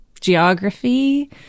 geography